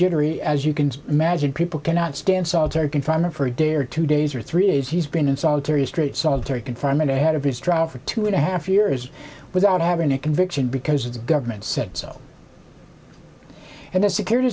jittery as you can imagine people cannot stand solitary confinement for a day or two days or three years he's been in solitary street solitary confinement ahead of his trial for two and a half years without having a conviction because the government said so and the securit